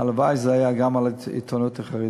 הלוואי שזה היה גם לגבי העיתונות החרדית.